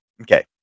Okay